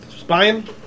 Spying